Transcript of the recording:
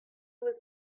was